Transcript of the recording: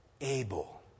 able